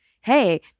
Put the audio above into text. hey